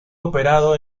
operado